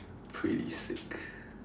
pretty sick